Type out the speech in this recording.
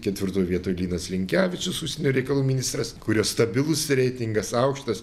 ketvirtoj vietoj linas linkevičius užsienio reikalų ministras kurio stabilus reitingas aukštas